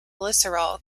glycerol